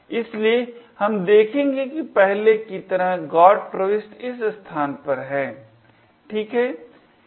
इसलिए हम देखेंगे कि पहले की तरह GOT प्रविष्टि इस स्थान पर है ठीक है